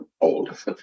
old